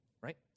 Right